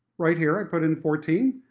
right here i put in fourteen.